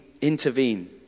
intervene